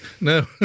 No